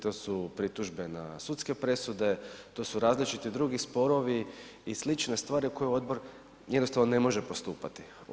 To su pritužbe na sudske presude, to su različiti drugi sporovi i slične stvari koje odbor jednostavno ne može postupati.